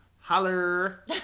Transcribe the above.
Holler